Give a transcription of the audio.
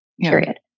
Period